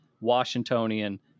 Washingtonian